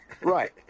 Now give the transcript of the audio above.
Right